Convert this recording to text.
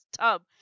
tub